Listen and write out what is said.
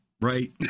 Right